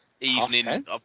Evening